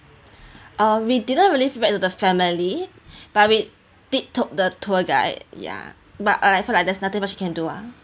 uh we didn't really feedback to the family but we did took the tour guide ya but I I feel like there's nothing much he can do ah